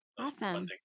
Awesome